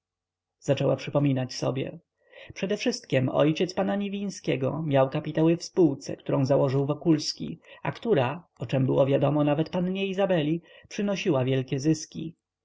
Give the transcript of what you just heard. zaczęła przypominać sobie przedewszystkiem ojciec pana niwińskiego miał kapitały we współce którą założył wokulski a która o czem było wiadomo nawet pannie izabeli przynosiła wielkie zyski